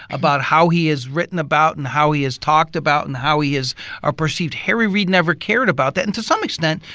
about how he is written about and how he is talked about and how he is ah perceived. harry reid never cared about that. and to extent,